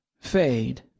fade